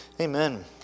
Amen